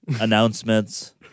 announcements